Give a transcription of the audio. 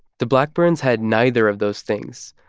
the blackburns had neither of those things,